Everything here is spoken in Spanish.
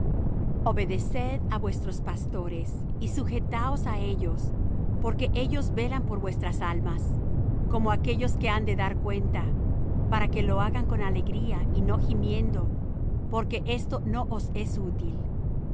obedeced á vuestros pastores y sujetaos á ellos porque ellos velan por vuestras almas como aquellos que han de dar cuenta para que lo hagan con alegría y no gimiendo porque esto no os es útil